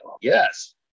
Yes